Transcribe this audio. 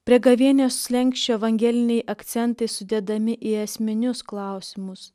prie gavėnios slenksčio evangeliniai akcentai sudedami į esminius klausimus